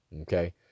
Okay